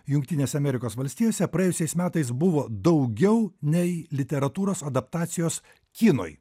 jungtinės amerikos valstijose praėjusiais metais buvo daugiau nei literatūros adaptacijos kinui